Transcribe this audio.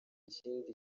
ikindi